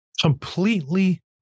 completely